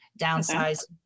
downsize